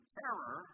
terror